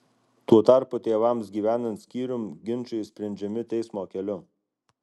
tuo tarpu tėvams gyvenant skyrium ginčai sprendžiami teismo keliu